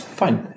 fine